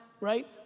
right